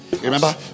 Remember